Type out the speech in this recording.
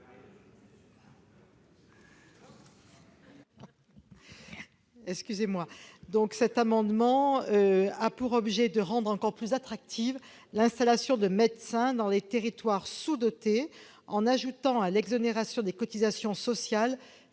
Estrosi Sassone. Cet amendement a pour objet de rendre encore plus attractive l'installation de médecins dans les territoires sous-dotés, en ajoutant à l'exonération des cotisations sociales